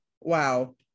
Wow